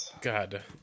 God